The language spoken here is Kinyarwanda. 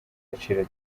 gaciro